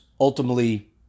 ultimately